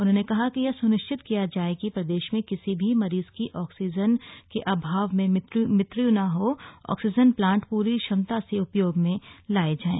उन्होंने कहा कि यह सुनिश्चित किया जाये कि प्रदेश में किसी भी मरीज की आक्सीजन के अभाव मृत्यु न हो और आक्सीजन प्लांट का पूरी क्षमता से उपयोग में लाये जाएं